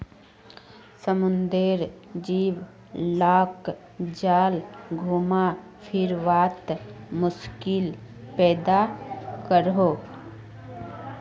समुद्रेर जीव लाक जाल घुमा फिरवात मुश्किल पैदा करोह